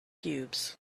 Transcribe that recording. cubes